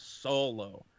Solo